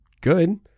good